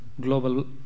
global